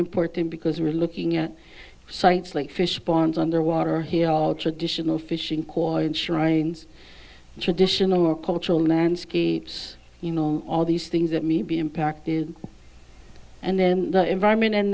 important because we're looking at sites like fish ponds under water here all traditional fishing cotton shrines traditional or cultural landscape you know all these things that may be impacted and then the environment and